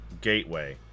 Gateway